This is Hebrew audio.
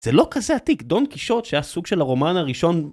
זה לא כזה עתיק, דון קישוט שהיה סוג של הרומן הראשון.